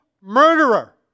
murderer